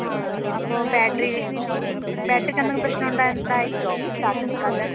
ആ അപ്പോൾ ബാറ്ററിയിൽ ബാറ്ററിക്ക് എന്തെങ്കിലും പ്രശ്നം ഉണ്ടോ ഉണ്ടായിരിക്കോ ചാർജ് നിൽക്കാത്തത്